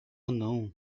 não